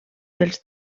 pels